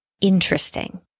interesting